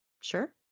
sure